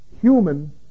human